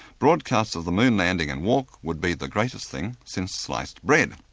broadcasts of the moon landing and walk would be the greatest thing since sliced bread.